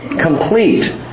complete